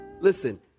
Listen